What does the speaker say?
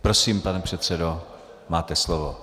Prosím, pane předsedo, máte slovo.